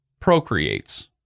procreates